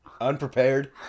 Unprepared